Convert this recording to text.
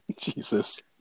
Jesus